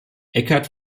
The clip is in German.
eckart